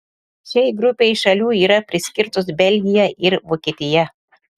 šiai grupei šalių yra priskirtos belgija ir vokietija